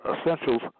essentials